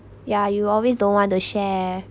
ya you always don't want to share